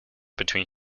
between